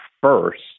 first